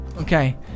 Okay